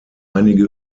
einige